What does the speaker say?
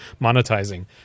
monetizing